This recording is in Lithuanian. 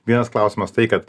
vienas klausimas tai kad